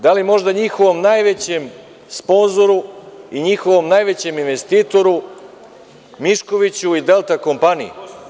Da li možda njihovom najvećem sponzoru i njihovom najvećem investitoru Miškoviću i Delta kompaniji?